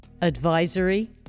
Advisory